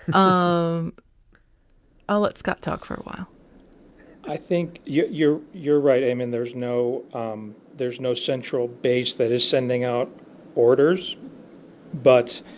um i'll let scott talk for a while i think you're you're you're right. i mean there's no um there's no central base that is sending out orders but.